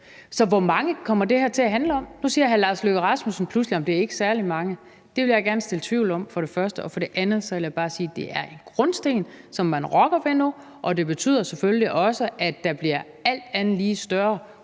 Så hvor mange kommer det her til at handle om? Nu siger hr. Lars Løkke Rasmussen pludselig, at det ikke er særlig mange. Det vil jeg for det første gerne stille mig tvivlende over for. For det andet vil jeg bare sige, at det er en grundsten, som man rokker ved nu, og det betyder selvfølgelig også, at der alt andet lige bliver